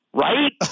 Right